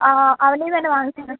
ആ അവൻറെ നിന്ന് തന്നെ വാങ്ങിച്ച്